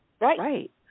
right